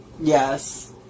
Yes